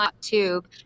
Tube